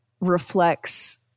reflects